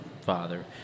father